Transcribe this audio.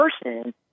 person